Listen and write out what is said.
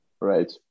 right